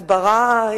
הסברה,